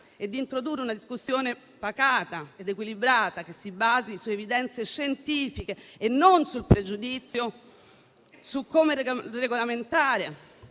e di introdurre una discussione pacata ed equilibrata che si basi su evidenze scientifiche e non sul pregiudizio su come regolamentare